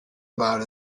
about